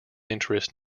interest